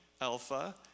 alpha